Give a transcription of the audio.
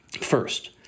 First